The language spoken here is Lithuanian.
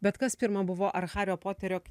bet kas pirma buvo ar hario poterio